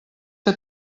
que